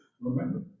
remember